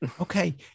okay